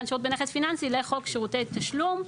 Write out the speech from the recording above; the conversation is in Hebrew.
שירות בנכס פיננסי לחוק שירותי תשלום,